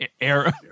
era